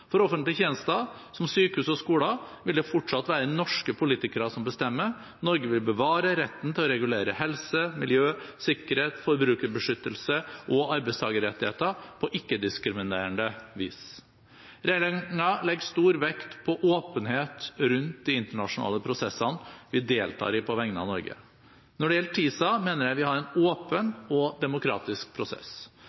For offentlige tjenester som sykehus og skoler vil det fortsatt være norske politikere som bestemmer. Norge vil bevare retten til å regulere helse, miljø, sikkerhet, forbrukerbeskyttelse og arbeidstakerrettigheter, på ikke-diskriminerende vis. Regjeringen legger stor vekt på åpenhet rundt de internasjonale prosessene vi deltar i på vegne av Norge. Når det gjelder TISA, mener jeg vi har en åpen og demokratisk prosess.